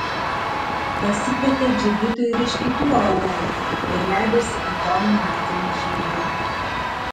pasikvietė džigitų ir iš kitų aūlų ir leidosi į tolimą naktinį žygį